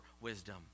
wisdom